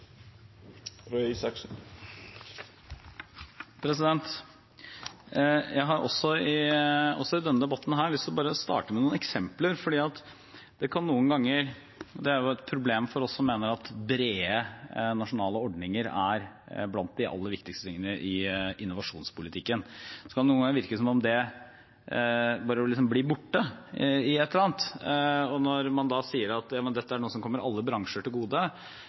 Jeg har, også i denne debatten, lyst til bare å starte med noen eksempler. For det er et problem for oss som mener at brede nasjonale ordninger er blant de aller viktigste tingene i innovasjonspolitikken, at det noen ganger kan virke som om det bare blir borte i et eller annet. Og når man sier at dette er noe som kommer alle bransjer til gode, er det ikke så lett å se det, for det virker som om det kommer alle – og dermed ingen – til gode.